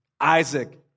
Isaac